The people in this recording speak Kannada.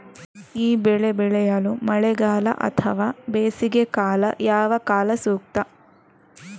ಈ ಬೆಳೆ ಬೆಳೆಯಲು ಮಳೆಗಾಲ ಅಥವಾ ಬೇಸಿಗೆಕಾಲ ಯಾವ ಕಾಲ ಸೂಕ್ತ?